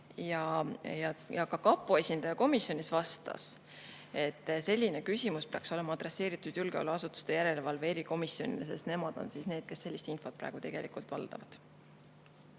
Ka kapo esindaja komisjonis vastas, et selline küsimus peaks olema adresseeritud julgeolekuasutuste järelevalve erikomisjonile, sest nemad on need, kes sellist infot valdavad.